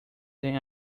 than